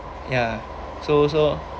ya so so